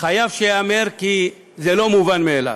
חייב שייאמר, כי זה לא מובן מאליו,